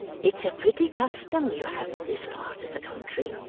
it's a pretty custom you have in this part of the country,